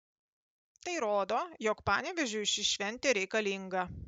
tai rodo jog panevėžiui ši šventė reikalinga